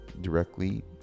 directly